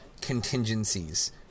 contingencies